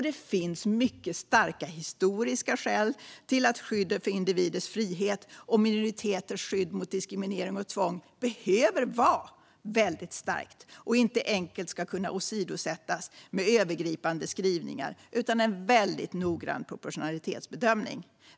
Det finns mycket starka historiska skäl till att skyddet för individers frihet och minoriteters skydd mot diskriminering och tvång behöver vara väldigt starkt och inte enkelt ska kunna åsidosättas med övergripande skrivningar utan en väldigt noggrann proportionalitetsbedömning.